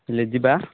ହେଲେ ଯିବା